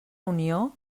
unió